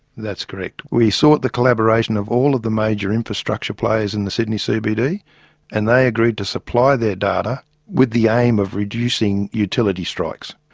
that's correct. we sought the collaboration of all of the major infrastructure players in the sydney cbd, and they agreed to supply their data with the aim of reducing utility strikes.